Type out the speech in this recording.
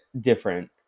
different